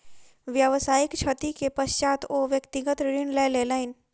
व्यावसायिक क्षति के पश्चात ओ व्यक्तिगत ऋण लय लेलैन